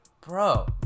bro